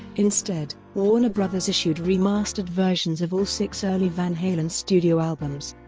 instead, warner bros. issued remastered versions of all six early van halen studio albums.